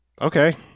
Okay